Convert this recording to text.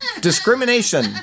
Discrimination